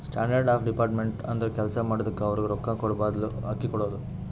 standard of deferred payment ಅಂದುರ್ ಕೆಲ್ಸಾ ಮಾಡಿದುಕ್ಕ ಅವ್ರಗ್ ರೊಕ್ಕಾ ಕೂಡಾಬದ್ಲು ಅಕ್ಕಿ ಕೊಡೋದು